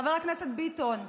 חבר הכנסת ביטון,